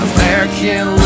American